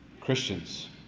Christians